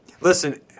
Listen